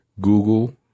Google